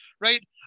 right